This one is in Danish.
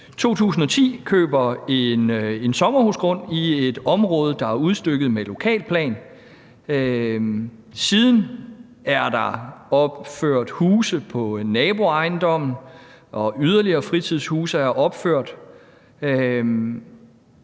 2010 køber en sommerhusgrund i et område, der er udstykket med lokalplan. Siden er der opført huse på naboejendommen, og yderligere fritidshuse er opført,